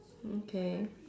mm K